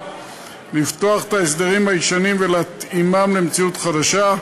לפתוח את ההסדרים הישנים ולהתאימם למציאות חדשה.